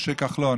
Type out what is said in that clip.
משה כחלון,